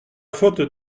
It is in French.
faute